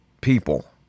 people